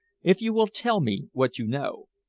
if you will tell me what you know.